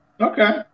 Okay